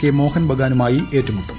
K Mohun ബഗാനുമായി ഏറ്റുമുട്ടും